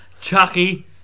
Chucky